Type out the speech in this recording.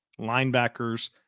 linebackers